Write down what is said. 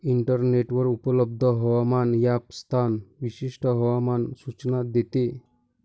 इंटरनेटवर उपलब्ध हवामान ॲप स्थान विशिष्ट हवामान सूचना देते